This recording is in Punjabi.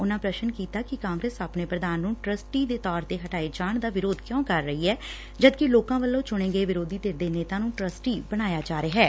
ਉਨੂਂ ਪ੍ਰਸ਼ਨ ਕੀਤਾ ਕਿ ਕਾਂਗਰਸ ਆਪਣੇ ਪ੍ਧਾਨ ਨੂੰ ਟਰੱਸਟੀ ਦੇ ਤੌਰ ਤੇ ਹਟਾਏ ਜਾਣ ਦਾ ਵਿਰੋਧ ਕਿਓ ਕਰ ਰਹੀ ਐ ਜਦਕਿ ਲੋਕਾਂ ਵੱਲੋਂ ਚੁਣੇ ਗਏ ਵਿਰੋਧੀ ਧਿਰ ਦੇ ਨੇਤਾ ਨੂੰ ਟਰੱਸਟੀ ਬਣਾਇਆ ਜਾ ਰਿਹੈ